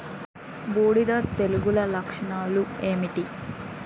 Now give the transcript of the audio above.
బూడిద తెగుల లక్షణాలు ఏంటి?